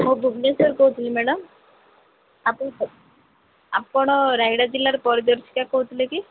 ମୁଁ ଭୁବନେଶ୍ୱର କହୁଥିଲି ମ୍ୟାଡମ ଆପଣ ରାୟଗଡ଼ା ଜିଲ୍ଲାର ପରିଦର୍ଶିକା କହୁଥିଲେ କି